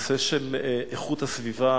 נושא איכות הסביבה